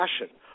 passion